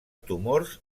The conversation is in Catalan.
tumors